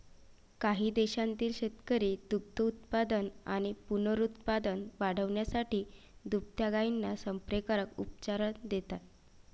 काही देशांतील शेतकरी दुग्धोत्पादन आणि पुनरुत्पादन वाढवण्यासाठी दुभत्या गायींना संप्रेरक उपचार देतात